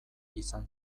izan